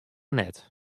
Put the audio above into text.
net